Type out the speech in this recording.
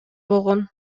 болгон